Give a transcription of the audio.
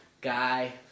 guy